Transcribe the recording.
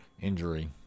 injury